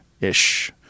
ish